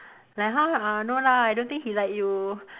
then !huh! uh no lah I don't think he like you